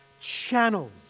channels